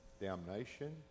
Damnation